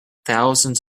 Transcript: thousands